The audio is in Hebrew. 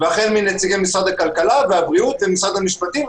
החל מנציגי משרדי הכלכלה והבריאות והמשפטים.